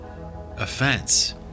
offense